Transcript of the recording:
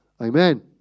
Amen